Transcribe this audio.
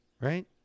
right